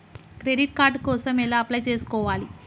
Credit card కోసం ఎలా apply చేసుకోవాలి?